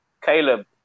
Caleb